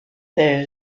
there